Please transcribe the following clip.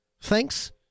Thanks